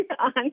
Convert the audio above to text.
on